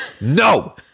No